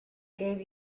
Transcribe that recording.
gave